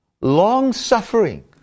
Long-suffering